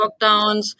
lockdowns